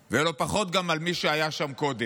ולא פחות גם על מי שהיה שם קודם.